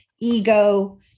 ego